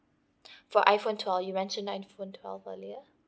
for iphone twelve you mention iphone twelve earlier